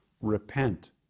repent